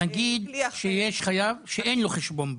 נגיד שיש חייב שאין לו חשבון בנק.